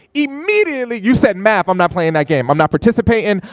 immediately you said, math, i'm not playing that game. i'm not participating.